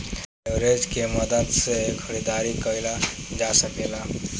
leverage के मदद से खरीदारी कईल जा सकेला